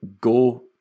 go